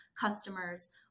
customers